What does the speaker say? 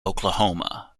oklahoma